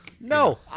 No